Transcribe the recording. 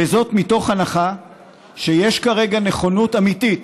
במועד אחר, וזאת מתוך הנחה שיש כרגע נכונות אמיתית